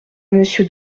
monsieur